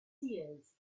seers